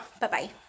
Bye-bye